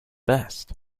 best